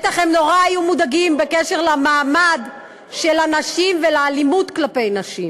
בטח הם היו נורא מודאגים בקשר למעמד של הנשים ולאלימות כלפי נשים.